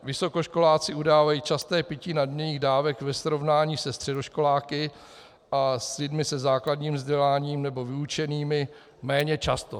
Vysokoškoláci udávají časté pití nadměrných dávek ve srovnání se středoškoláky a s lidmi se základním vzděláním nebo vyučenými méně často.